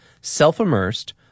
self-immersed